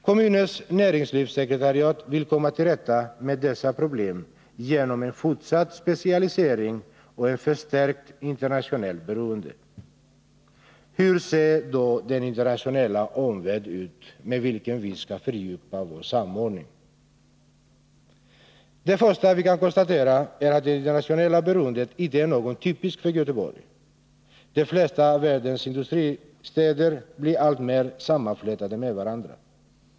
Kommunens näringslivssekretariat vill komma till rätta med dessa problem genom en fortsatt specialisering och ett förstärkt internationellt beroende. Hur ser då den internationella omvärld ut med vilken vi skall fördjupa vår samordning? Först och främst kan vi konstatera att det internationella beroendet inte är något typiskt för Göteborg. De flesta av världens industristäder blir alltmer sammanflätade med varandra.